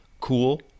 cool